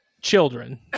children